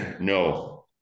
No